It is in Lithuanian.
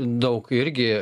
daug irgi